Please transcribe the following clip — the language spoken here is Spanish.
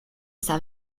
esa